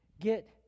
get